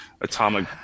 atomic